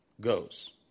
goes